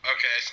Okay